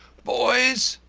boys!